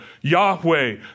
Yahweh